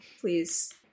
please